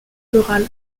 floral